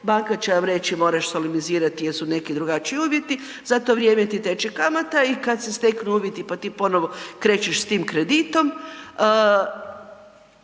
banka će vam reći morate solemnizirati jer su neki drugačiji uvjeti, za to vrijeme ti teče kamata i kad se steknu uvjeti pa ti ponovo krećeš s tim kreditom